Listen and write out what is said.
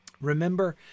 Remember